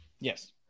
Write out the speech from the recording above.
Yes